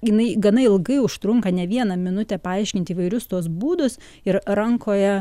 jinai gana ilgai užtrunka ne vieną minutę paaiškint įvairius tuos būdus ir rankoje